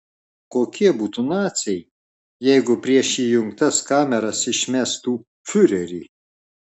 kokie būtų naciai jeigu prieš įjungtas kameras išmestų fiurerį